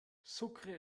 sucre